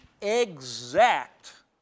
exact